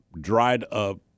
dried-up